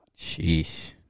Sheesh